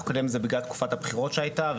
להתקדם עם זה בגלל תקופת הבחירות שהייתה.